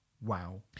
wow